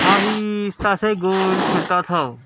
آہستہ سے گول پھرتا تھا وہ